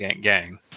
Gang